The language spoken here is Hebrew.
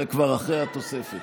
זה כבר אחרי התוספת.